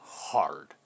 Hard